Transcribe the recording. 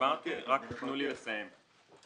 רק תיתנו לי לסיים.